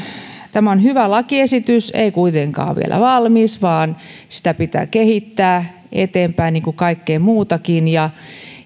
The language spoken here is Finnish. tämä on hyvä lakiesitys ei kuitenkaan vielä valmis vaan sitä pitää kehittää eteenpäin niin kuin kaikkea muutakin